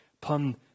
pun